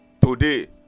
Today